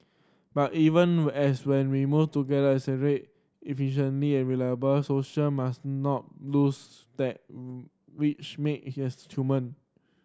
but even as when we move get accelerated efficiently and reliable social must not lose that which make his human